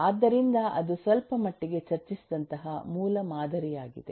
ಆದ್ದರಿಂದ ಅದು ಸ್ವಲ್ಪಮಟ್ಟಿಗೆ ಚರ್ಚಿಸಿದಂತಹ ಮೂಲ ಮಾದರಿಯಾಗಿದೆ